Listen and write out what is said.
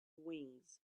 wings